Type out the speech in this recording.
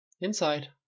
Inside